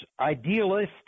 idealistic